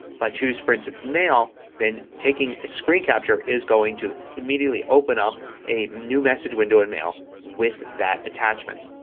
if i choose, for instance, mail then taking a screen capture is going to immediately open up a new message window in mail with that attachment.